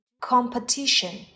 Competition